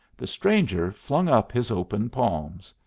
the stranger flung up his open palms.